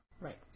Right